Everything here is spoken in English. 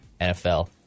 NFL